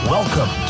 Welcome